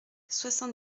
soixante